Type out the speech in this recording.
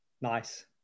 Nice